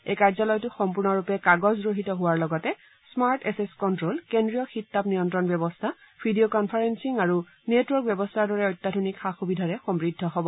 এই কাৰ্যালয়টো সম্পূৰ্ণৰূপে কাগজ ৰহিত হোৱাৰ লগতে স্মাৰ্ট এছেছ কণ্ট্ৰোল কেন্দ্ৰীয় শীত তাপ নিয়ন্ত্ৰণ ব্যৱস্থা ভিডিঅ' কনফাৰেলিং আৰু নেটৱৰ্ক ব্যৱস্থাৰ দৰে অত্যাধুনিক সা সুবিধাৰে সমৃদ্ধ হব